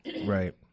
Right